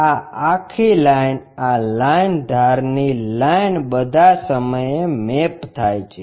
આ આખી લાઇન આ લાઈન ધારની લાઇન બધા સમયે મેપ થાય છે